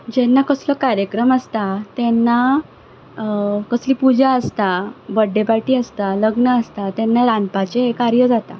जेन्ना कसलो कार्यक्रम आसता तेन्ना कसली पुजा आसता बर्थडे पार्टी आसता लग्न आसता तेन्ना रांदपाचें हें कार्य जाता